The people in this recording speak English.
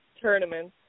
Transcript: tournaments